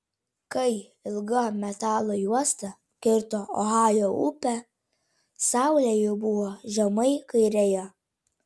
kai ilga metalo juosta kirto ohajo upę saulė jau buvo žemai kairėje